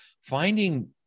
finding